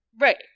right